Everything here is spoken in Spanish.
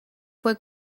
fue